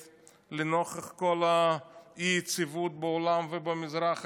לנוכח כל האי-יציבות בעולם ובמזרח התיכון,